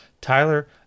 Tyler